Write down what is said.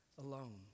alone